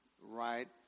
Right